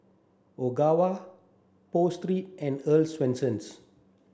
Ogawa Pho Street and Earl's Swensens